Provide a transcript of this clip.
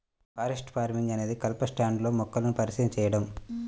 forest farming అనేది కలప స్టాండ్లో మొక్కలను పరిచయం చేయడం